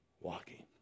walking